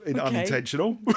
unintentional